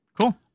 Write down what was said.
Cool